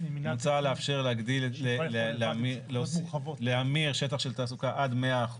מוצע לאפשר להמיר שטח של תעסוקה עד 100%,